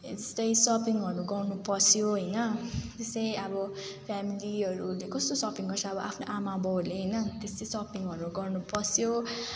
त्यस्तै सपिङहरू गर्नु पस्यो होइन त्यस्तै अब फ्यामिलीहरूले कस्तो सपिङ गर्छ अब आफ्नो आमा बाउहरूले होइन त्यस्तै सपिङहरू गर्नु पस्यो